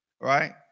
Right